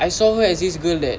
I saw her as this girl that